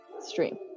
stream